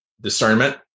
discernment